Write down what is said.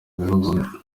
ibihugu